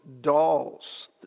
dolls